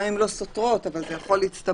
גם אם לא סותרות אבל זה יכול להצטבר,